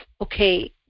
okay